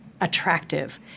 attractive